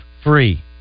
free